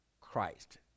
Christ